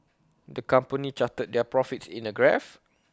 the company charted their profits in A graph